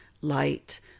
light